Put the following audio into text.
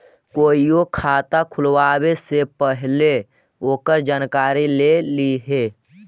कोईओ खाता खुलवावे से पहिले ओकर जानकारी ले लिहें